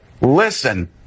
listen